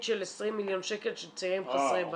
של 20 מיליון שקל של צעירים חסרי בית.